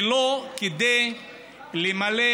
ולא למלא